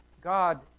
God